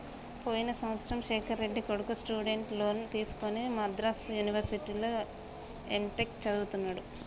పోయిన సంవత్సరము శేఖర్ రెడ్డి కొడుకు స్టూడెంట్ లోన్ తీసుకుని మద్రాసు యూనివర్సిటీలో ఎంటెక్ చదువుతున్నడు